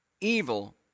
evil